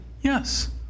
yes